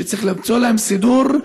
שצריך למצוא להם סידור,